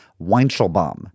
Weinschelbaum